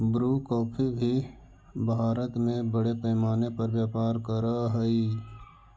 Bru coffee भी भारत में बड़े पैमाने पर व्यापार करअ हई